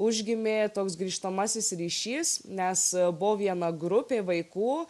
užgimė toks grįžtamasis ryšys nes buvo viena grupė vaikų